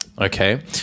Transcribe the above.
Okay